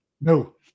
No